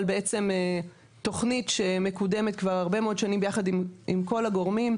אבל זו בעצם תכנית שמקודמת כבר הרבה מאוד שנים ביחד עם כל הגורמים.